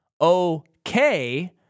Okay